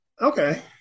okay